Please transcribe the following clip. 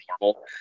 normal